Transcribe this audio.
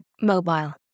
mobile